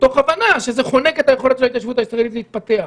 מתוך הבנה שזה חונק את היכולת של ההתיישבות הישראלית להתפתח.